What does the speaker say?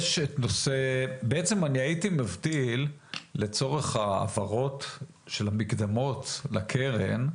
בעצם הייתי מבדיל, לצורך העברות של המקדמות לקרן,